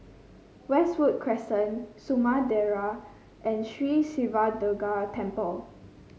Westwood Crescent Samudera and Sri Siva Durga Temple